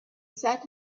sat